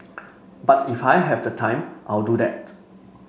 but if I have the time I'll do that